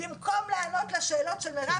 כי אתם לא רוצים שיהיה כתוב ש"חיילות לא יכולות",